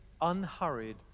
unhurried